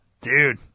Dude